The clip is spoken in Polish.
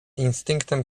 instynktem